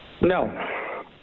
No